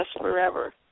forever